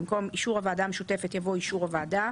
במקום "אישור הוועדה המשותפת" יבוא "אישור הוועדה",